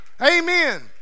amen